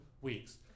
weeks